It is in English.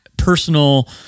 personal